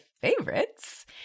favorites